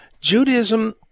Judaism